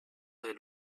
del